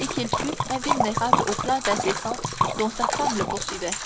et qu'il fût invulnérable aux plaintes incessantes dont sa femme le poursuivait